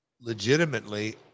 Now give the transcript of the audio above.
legitimately